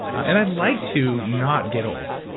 and i'd like to not get old.